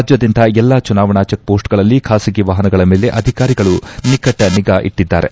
ರಾಜ್ಯಾದ್ಯಂತ ಎಲ್ಲಾ ಚುನಾವಣಾ ಚೆಕ್ ಪೋಸ್ಟ್ಗಳಲ್ಲಿ ಖಾಸಗಿ ವಾಹನಗಳ ಮೇಲೆ ಅಧಿಕಾರಿಗಳು ನಿಕಟ ನಿಗಾ ಇಟ್ಟಿದ್ದಾರೆ